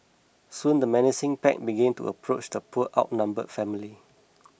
soon the menacing pack began to approach the poor outnumbered family